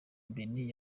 benin